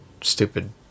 stupid